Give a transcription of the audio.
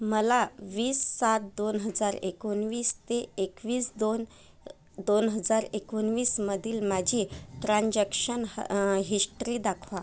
मला वीस सात दोन हजार एकोणवीस ते एकवीस दोन दोन हजार एकोणवीसमधील माझी ट्रान्झॅक्शन ह हिश्टरी दाखवा